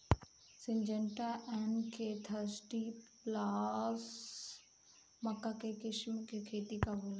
Syngenta NK thirty plus मक्का के किस्म के खेती कब होला?